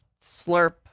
slurp